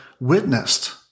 witnessed